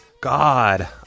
God